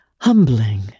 humbling